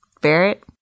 Barrett